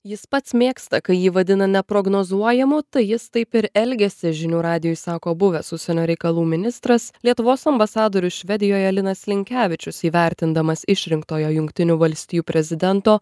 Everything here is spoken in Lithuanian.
jis pats mėgsta kai jį vadina neprognozuojamu tai jis taip ir elgiasi žinių radijui sako buvęs užsienio reikalų ministras lietuvos ambasadorius švedijoje linas linkevičius įvertindamas išrinktojo jungtinių valstijų prezidento